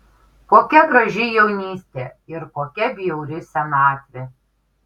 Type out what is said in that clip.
kokia graži jaunystė ir kokia bjauri senatvė